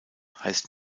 heißt